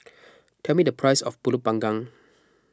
tell me the price of Pulut Panggang